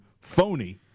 phony